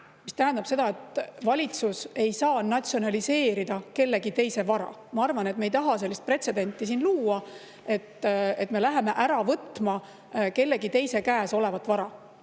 mis tähendab seda, et valitsus ei saa natsionaliseerida kellegi teise vara. Ma arvan, et me ei taha sellist pretsedenti siin luua, et me läheme ära võtma kellegi teise käes olevat vara.